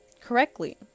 correctly